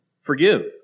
forgive